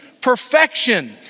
Perfection